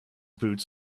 boots